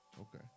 Okay